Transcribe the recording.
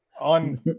on